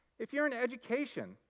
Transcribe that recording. if you're in education,